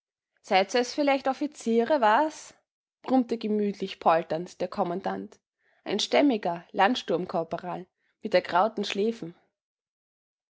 seid's ös vielleicht offiziere was brummte gemütlich polternd der kommandant ein stämmiger landsturmkorporal mit ergrauten schläfen